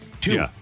two